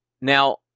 Now